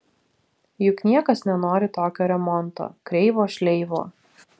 juk niekas nenori tokio remonto kreivo šleivo